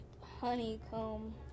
honeycomb